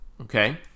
Okay